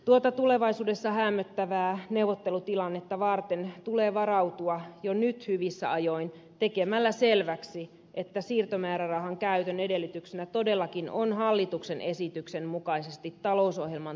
tuota tulevaisuudessa häämöttävää neuvottelutilannetta varten tulee varautua jo nyt hyvissä ajoin tekemällä selväksi että siirtomäärärahan käytön edellytyksenä todellakin on hallituksen esityksen mukaisesti talousohjelman toteutuminen